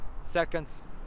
seconds